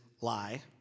lie